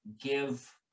give